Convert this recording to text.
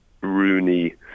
Rooney